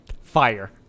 Fire